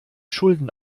schulden